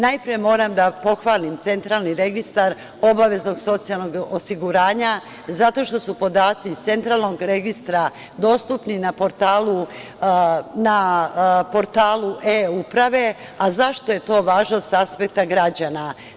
Najpre moram da pohvalim Centralni registar obaveznog socijalnog osiguranja zato što su podaci iz Centralnog registra dostupni na portalu e-uprave, a zašto je to važno sa aspekta građana?